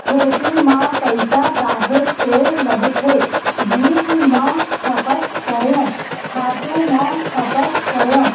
खेती म पइसा काहेच के लगथे बीज म खपत करेंव, खातू म खपत करेंव